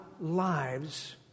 lives